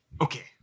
Okay